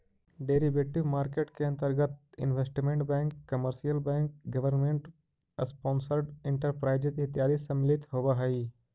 derivative market के अंतर्गत investment bank commercial bank government sponsored enterprises इत्यादि सम्मिलित होवऽ हइ